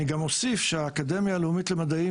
אני גם אוסיף שהאקדמיה הלאומית למדעים